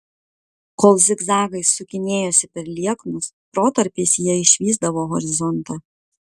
kol zigzagais sukinėjosi per lieknus protarpiais jie išvysdavo horizontą